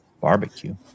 Barbecue